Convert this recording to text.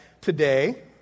today